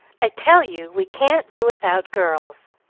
i tell you we can't do without girls,